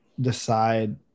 decide